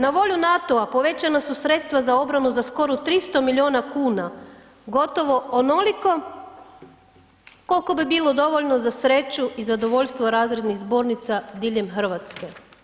Na volju NATO-a povećana su sredstva za obranu za skoro 300 milijuna kuna, gotovo onoliko koliko bi bilo dovoljno za sreću i zadovoljstvo razrednih zbornica diljem Hrvatske.